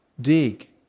dig